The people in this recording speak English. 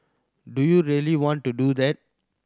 do you really want to do that